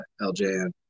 LJN